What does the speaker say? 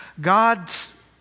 God's